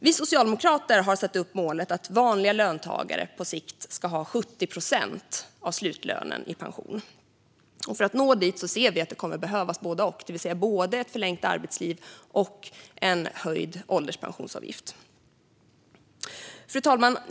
Vi socialdemokrater har satt upp målet att vanliga löntagare på sikt ska ha en pension som motsvarar 70 procent av slutlönen. För att nå dit ser vi att det kommer att behövas både och, det vill säga både ett förlängt arbetsliv och en höjning av ålderspensionsavgiften. Fru talman!